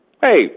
hey